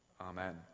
Amen